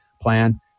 plan